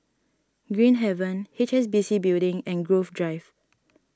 Green Haven H S B C Building and Grove Drive